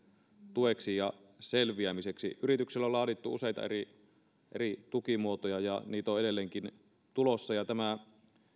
tueksi ja selviämiseksi yrityksille on laadittu useita eri eri tukimuotoja ja niitä on edelleenkin tulossa tämä